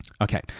Okay